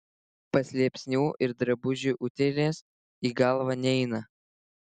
paslėpsnių ir drabužių utėlės į galvą neina